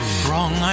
wrong